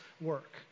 work